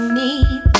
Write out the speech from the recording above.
need